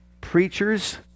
preachers